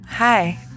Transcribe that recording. Hi